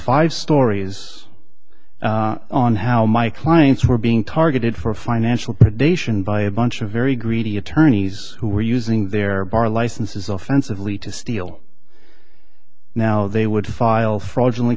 five stories on how my clients were being targeted for financial predation by a bunch of very greedy attorneys who were using their bar licenses offensively to steal now they would file fraudulent